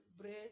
bread